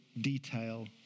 detail